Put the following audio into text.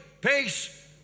peace